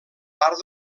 part